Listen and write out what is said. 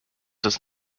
does